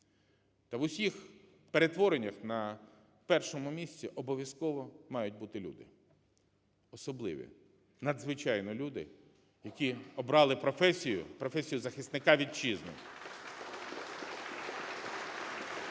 Та в усіх перетвореннях на першому місці обов'язково мають бути люди, особливі надзвичайно люди, які обрали професію – професію захисника Вітчизни.